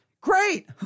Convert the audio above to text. great